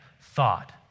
thought